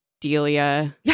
Delia